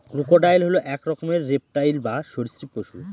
crocodile হল এক রকমের রেপ্টাইল বা সরীসৃপ পশু